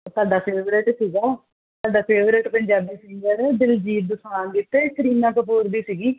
ਅਤੇ ਤੁਹਾਡਾ ਫੇਵਰਟ ਸੀਗਾ ਤੁਹਾਡਾ ਫੇਵਰਟ ਪੰਜਾਬੀ ਸਿੰਗਰ ਦਿਲਜੀਤ ਦੋਸਾਂਝ ਅਤੇ ਕਰੀਨਾ ਕਪੂਰ ਦੀ ਸੀਗੀ